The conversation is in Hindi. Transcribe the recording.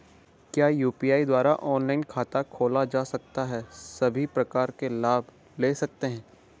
क्या यु.पी.आई द्वारा ऑनलाइन खाता खोला जा सकता है सभी प्रकार के लाभ ले सकते हैं?